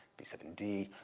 b seven d.